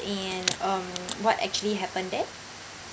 and um what actually happened there